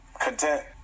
content